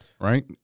right